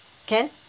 can